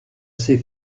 ces